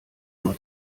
nur